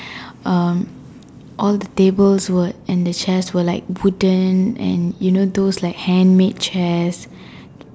erm all the tables wood and the chairs were like wooden and you know those like hanging chairs